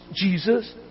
Jesus